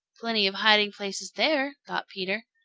plenty of hiding places there, thought peter.